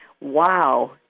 wow